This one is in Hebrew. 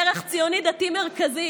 ערך ציוני דתי מרכזי.